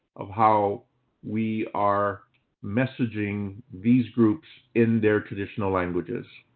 of how we are messaging these groups in their traditional languages.